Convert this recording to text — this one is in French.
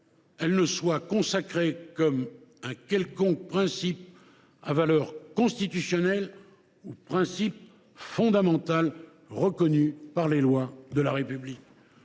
manière consacrée comme un quelconque principe à valeur constitutionnelle ou principe fondamental reconnu par les lois de la République.